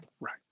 right